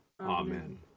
Amen